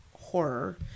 horror